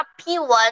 P1